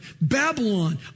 Babylon